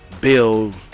build